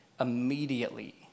immediately